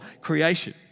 creation